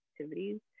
activities